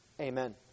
Amen